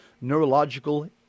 Neurological